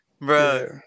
bro